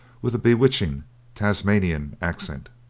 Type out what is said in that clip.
with a bewitching tasmanian accent.